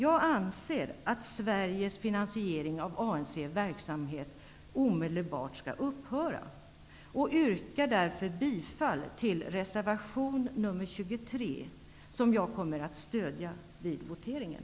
Jag anser att Sveriges finansiering av ANC:s verksamhet omedelbart skall upphöra och yrkar därför bifall till reservation nr 23, som jag kommer att stödja vid voteringen.